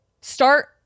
Start